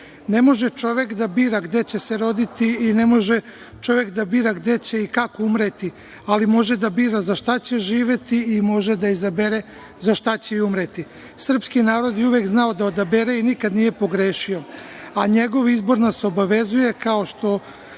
može čovek da bira gde će se roditi i ne može čovek da bira gde će i kako umreti, ali može da bira za šta će živeti i može da izabere za šta će i umreti. Srpski narod je uvek znao da odabere i nikada nije pogrešio, a njegov izbor nas obavezuje, kao što